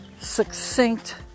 succinct